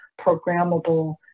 programmable